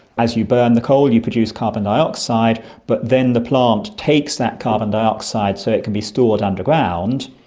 as you burn the coal you produce carbon dioxide but then the plant takes that carbon dioxide so it can be stored underground.